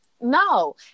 No